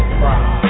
cry